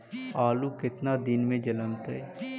आलू केतना दिन में जलमतइ?